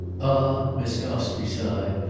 ah, miss gostrey sighed,